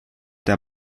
der